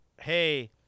hey